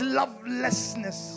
lovelessness